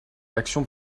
l’action